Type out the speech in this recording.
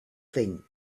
thing